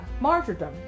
martyrdom